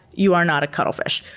you are not a cuttlefish.